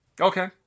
Okay